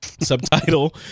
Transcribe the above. Subtitle